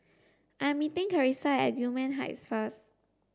I'm meeting Charissa at Gillman Heights first